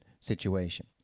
situation